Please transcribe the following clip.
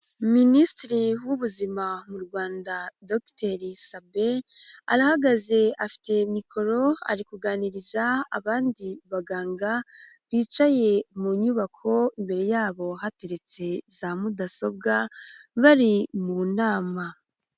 Minisitiri w'ubuzima mu Rwanda DR Sabin, arahagaze afite mikoro, ari kuganiriza abandi baganga bicaye mu nyubako, imbere yabo hateretse za mudasobwa bari mu nama.